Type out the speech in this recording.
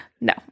No